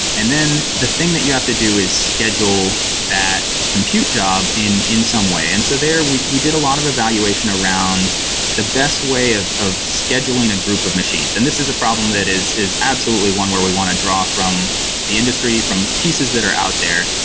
and then the thing that you have to do is schedule that compute job in in some way. and so there we we did a lot of evaluation around the best way of of scheduling a group of machines, and this is a problem that is is absolutely one where we want to draw from the industry from pieces that are out there.